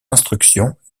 instructions